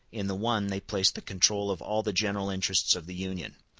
in the one they placed the control of all the general interests of the union,